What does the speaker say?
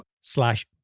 slash